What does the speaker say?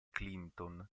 clinton